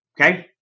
Okay